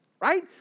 Right